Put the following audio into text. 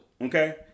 Okay